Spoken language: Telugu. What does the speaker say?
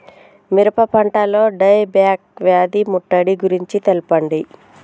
మిరప పంటలో డై బ్యాక్ వ్యాధి ముట్టడి గురించి తెల్పండి?